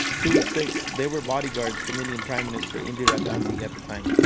two sikhs, they were bodyguards for the indian prime minister, indira gandhi at the time.